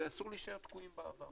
ואסור להישאר תקועים בעבר.